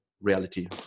reality